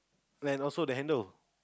and also the handle